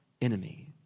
enemy